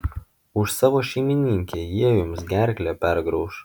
už savo šeimininkę jie jums gerklę pergrauš